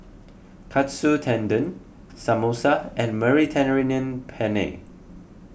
Katsu Tendon Samosa and Mediterranean Penne